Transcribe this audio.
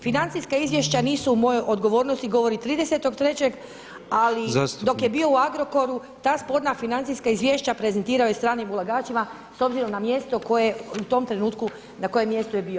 Financijska izvješća nisu u mojoj odgovornosti govori 30.3., ali dok je bio u Agrokoru ta sporna financijska izvješća prezentirao je stranim ulagačima s obzirom na mjesto koje u tom trenutku na kojem mjestu je bio.